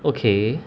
okay